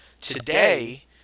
Today